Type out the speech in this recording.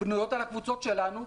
בנויות על הקבוצות שלנו,